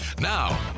Now